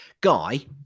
guy